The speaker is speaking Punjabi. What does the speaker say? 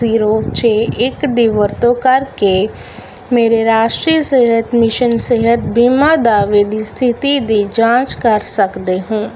ਜ਼ੀਰੋ ਛੇ ਇੱਕ ਦੀ ਵਰਤੋਂ ਕਰਕੇ ਮੇਰੇ ਰਾਸ਼ਟਰੀ ਸਿਹਤ ਮਿਸ਼ਨ ਸਿਹਤ ਬੀਮਾ ਦਾਅਵੇ ਦੀ ਸਥਿਤੀ ਦੀ ਜਾਂਚ ਕਰ ਸਕਦੇ ਹੋ